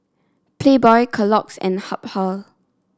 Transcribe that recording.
Playboy Kellogg's and Habhal